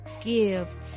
give